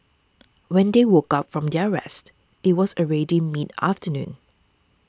when they woke up from their rest it was already mid afternoon